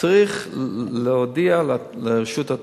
צריך להודיע לרשות העתיקות.